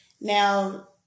Now